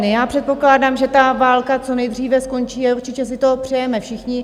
Já předpokládám, že ta válka co nejdříve skončí, a určitě si to přejeme všichni.